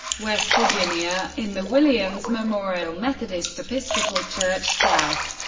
west virginia, in the williams memorial methodist episcopal church south,